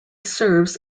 serves